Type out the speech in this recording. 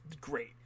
great